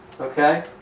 Okay